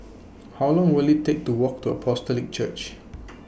How Long Will IT Take to Walk to Apostolic Church